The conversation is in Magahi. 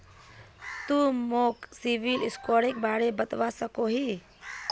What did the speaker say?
तुई मोक सिबिल स्कोरेर बारे बतवा सकोहिस कि?